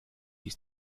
ist